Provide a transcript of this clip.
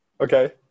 Okay